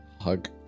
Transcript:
hug